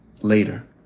Later